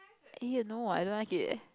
!eeyer! no I don't like it